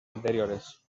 anteriores